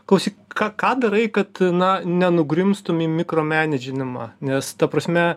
klausyk ką ką darai kad na nenugrimztumėm į mikromenidžinimą nes ta prasme